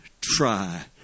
try